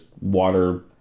water